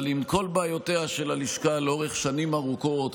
אבל עם כל בעיותיה של הלשכה לאורך שנים ארוכות,